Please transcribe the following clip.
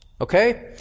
okay